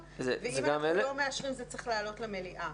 ואם אנחנו לא מאשרים זה צריך לעלות למליאה,